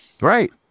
right